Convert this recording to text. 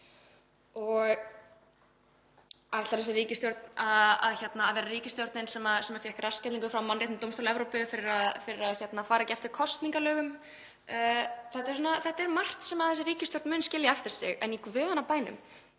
Ætlar þessi ríkisstjórn að vera ríkisstjórnin sem fékk rassskellingu frá Mannréttindadómstól Evrópu fyrir að fara ekki eftir kosningalögum? Það er margt sem þessi ríkisstjórn mun skilja eftir sig. En í guðanna bænum,